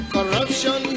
Corruption